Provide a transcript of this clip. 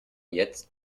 jetzt